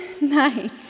night